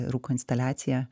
rūko instaliaciją